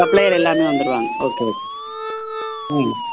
supplier எல்லாமே வந்துருவாங்க okay okay ம்